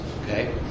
okay